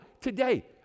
today